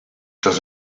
does